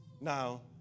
Now